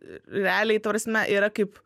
realiai ta prasme yra kaip